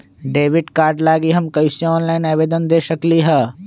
Debit card लागी हम कईसे ऑनलाइन आवेदन दे सकलि ह?